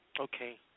Okay